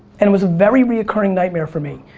and it was a very reoccurring nightmare for me.